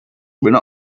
will